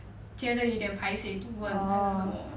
觉得一点 paiseh to 问还是什么